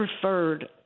preferred